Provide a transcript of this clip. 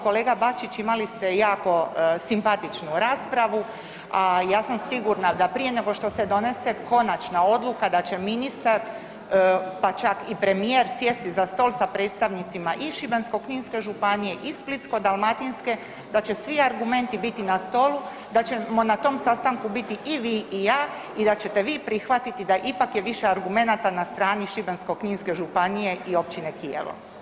Kolega Bačić, imali ste jako simpatičnu raspravu a ja sam sigurna da prije nego što se donese konačna odluka da će ministar pa čak i premijer sjesti za stol sa predstavnicima i Šibensko-kninske županije i Splitsko-dalmatinske, da će svi argumenti biti na stolu, da ćemo na tom sastanku biti i vi i ja i da ćete vi prihvatiti da ipak je više argumenata na strani Šibensko-kninske županije i općine Kijevo.